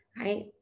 right